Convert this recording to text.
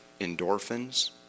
endorphins